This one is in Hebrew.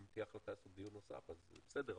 אם תהיה החלטה לעשות דיון נוסף אז בסדר,